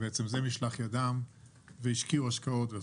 שזה משלח ידם והשקיעו השקעות.